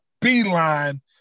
beeline